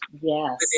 Yes